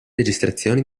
registrazioni